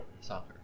Soccer